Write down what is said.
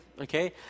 Okay